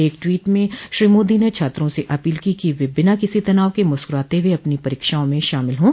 एक टवीट ने श्री मोदी ने छात्रों से अपील की कि वे बिना किसी तनाव के मुस्कुराते हुए अपनी परीक्षाओं में शामिल हों